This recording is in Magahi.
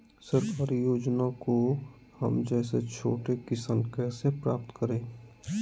सरकारी योजना को हम जैसे छोटे किसान कैसे प्राप्त करें?